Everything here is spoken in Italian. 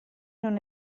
non